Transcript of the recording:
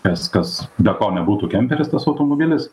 kas kas be ko nebūtų kemperis tas automobilis